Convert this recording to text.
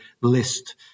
list